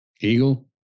Eagle